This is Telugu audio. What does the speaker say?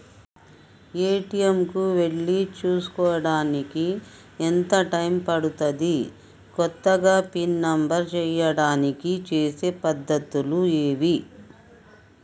ఏ.టి.ఎమ్ కు వెళ్లి చేసుకోవడానికి ఎంత టైం పడుతది? కొత్తగా పిన్ నంబర్ చేయడానికి చేసే పద్ధతులు ఏవి?